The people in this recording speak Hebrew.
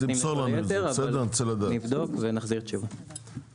נבדוק ונחזיר תשובה.